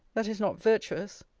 that is not virtuous.